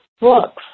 books